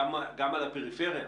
וגם על הפריפריה,